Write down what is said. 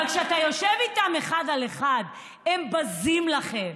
אבל כשאתה יושב איתם אחד על אחד הם בזים לכם,